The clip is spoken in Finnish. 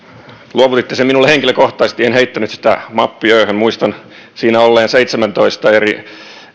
luovutitte sen minulle henkilökohtaisesti en heittänyt sitä mappi öhön muistan siinä olleen seitsemäntoista eri